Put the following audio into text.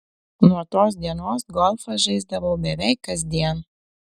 nuo tos dienos golfą žaisdavau beveik kasdien